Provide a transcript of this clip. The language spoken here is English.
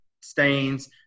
stains